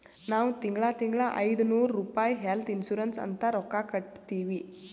ನಾವ್ ತಿಂಗಳಾ ತಿಂಗಳಾ ಐಯ್ದನೂರ್ ರುಪಾಯಿ ಹೆಲ್ತ್ ಇನ್ಸೂರೆನ್ಸ್ ಅಂತ್ ರೊಕ್ಕಾ ಕಟ್ಟತ್ತಿವಿ